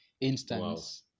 instance